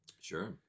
Sure